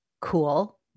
cool